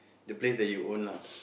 the place that you own lah